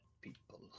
people